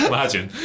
Imagine